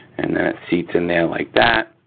and then it seats in there like that.